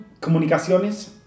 Comunicaciones